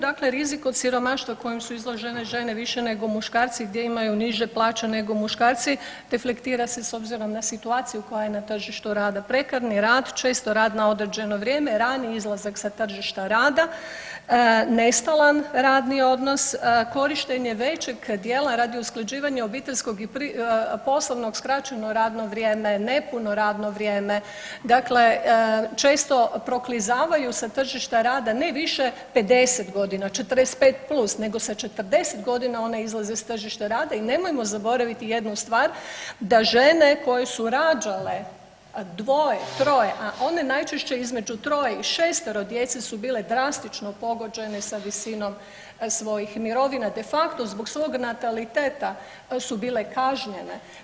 Dakle, rizik od siromaštva kojem su izložene žene više nego muškarci gdje imaju niže plaće nego muškarci reflektira se s obzirom na situaciju koja je na tržištu rada, prekarni rad, često rad na određeno vrijeme, rani izlazak sa tržišta rada, nestalan radni odnos, korištenje većeg dijela radi usklađivanja obiteljskog i poslovnog, skraćeno radno vrijeme, nepuno radno vrijeme, dakle često proklizavaju sa tržišta rada ne više 50.g., 45+, nego sa 40.g. one izlaze s tržišta rada i nemojmo zaboraviti jednu stvar da žene koje su rađale dvoje, troje, a one najčešće između troje i šestoro djece su bile drastično pogođene sa visinom svojih mirovina, de facto zbog svog nataliteta su bile kažnjene.